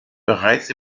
bereits